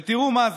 ותראו מה זה,